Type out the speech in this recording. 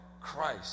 Christ